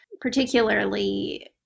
particularly